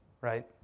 right